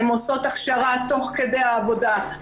הן עושות הכשרה תוך כדי העבודה,